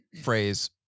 phrase